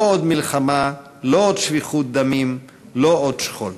לא עוד מלחמה, לא עוד שפיכות דמים, לא עוד שכול.